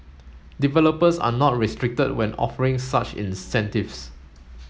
developers are not restricted when offering such incentives